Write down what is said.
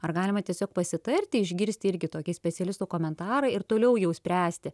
ar galima tiesiog pasitarti išgirsti irgi tokį specialisto komentarą ir toliau jau spręsti